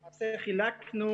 אנחנו, למעשה, חילקנו